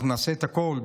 אנחנו נעשה את הכול,